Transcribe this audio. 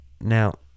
Now